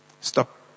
Stop